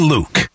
Luke